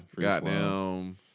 Goddamn